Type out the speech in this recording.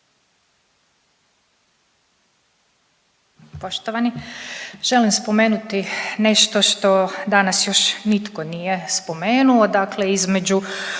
Poštovani želim spomenuti nešto što danas još nitko nije spomenuo, dakle između